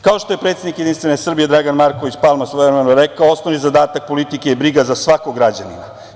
Kao što je predsednik Jedinstvene Srbije Dragan Marković Palma svojevremeno rekao – osnovni zadatak politike je briga za svakog građanina.